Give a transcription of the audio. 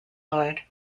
lord